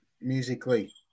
musically